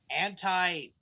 anti